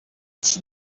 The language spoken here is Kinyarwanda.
iki